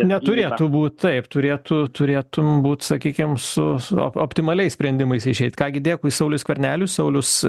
neturėtų būt taip turėtų turėtum būt sakykim su optimaliais sprendimais išeit ką gi dėkui sauliui skverneliui saulius